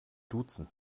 duzen